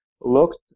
looked